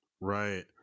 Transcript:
Right